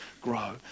grow